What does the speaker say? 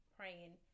praying